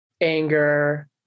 anger